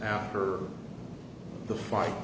after the fight